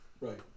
Right